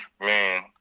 man